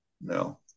no